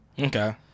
Okay